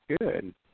good